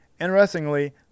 Interestingly